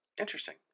Interesting